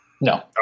No